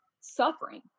suffering